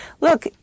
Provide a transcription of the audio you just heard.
Look